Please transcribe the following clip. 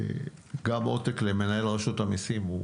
גם עותק למנהל רשות המיסים,